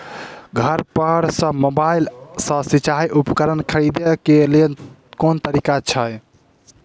घर पर सऽ मोबाइल सऽ सिचाई उपकरण खरीदे केँ लेल केँ तरीका छैय?